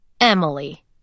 Emily